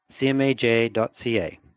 cmaj.ca